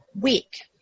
week